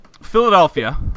Philadelphia